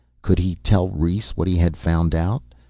could he tell rhes what he had found out?